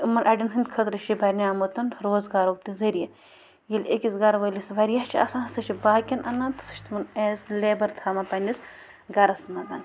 یِمَن اَڑٮ۪ن ہٕنٛدۍ خٲطرٕ چھِ یہِ بَنیٛومُت روزگارُک تہِ ذریعہ ییٚلہِ أکِس گَروٲلِس واریاہ چھِ آسان سُہ چھِ باقیَن اَنان تہٕ سُہ چھِ تمَن ایز لیبَر تھاوان پنٛنِس گَرَسن منٛز